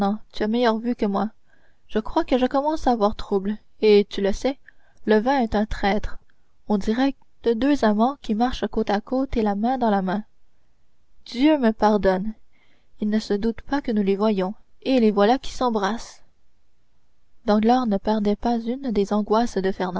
tu as meilleure vue que moi je crois que je commence à voir trouble et tu le sais le vin est un traître on dirait deux amants qui marchent côte à côte et la main dans la main dieu me pardonne ils ne se doutent pas que nous les voyons et les voilà qui s'embrassent danglars ne perdait pas une des angoisses de